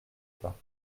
pas